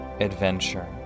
adventure